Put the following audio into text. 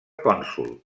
cònsol